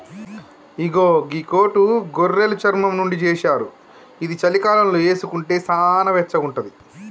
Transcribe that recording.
ఇగో గీ కోటు గొర్రెలు చర్మం నుండి చేశారు ఇది చలికాలంలో వేసుకుంటే సానా వెచ్చగా ఉంటది